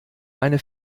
meine